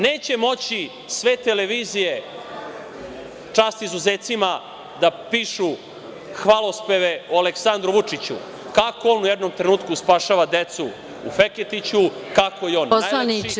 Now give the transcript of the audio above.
Neće moći sve televizije, čast izuzecima, da pišu hvalospeve o Aleksandru Vučiću, kako on u jednom trenutku spašava decu u Feketiću, kako je on najlepši, kako je on najbolji.